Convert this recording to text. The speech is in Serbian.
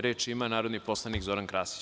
Reč ima narodni poslanik Zoran Krasić.